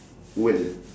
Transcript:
world